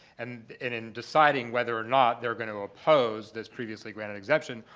and in deciding whether or not they're going to oppose this previously granted exemption,